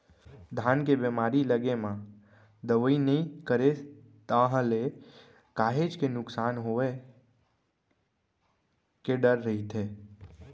धान के बेमारी लगे म दवई नइ करेस ताहले काहेच के नुकसान होय के डर रहिथे